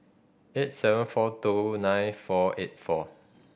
eight seven four two nine four eight four